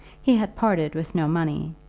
he had parted with no money,